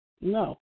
No